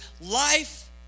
life